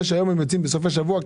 זה שהיום יוצאים בסופי שבוע,